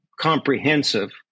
comprehensive